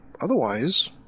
otherwise